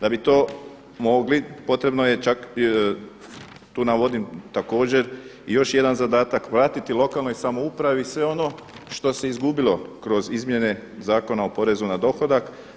Da bi to mogli potrebno je, tu navodim također još jedan zadatak, vratiti lokalnoj samoupravi sve ono što se izgubilo kroz izmjene Zakona o porezu na dohodak.